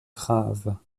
graves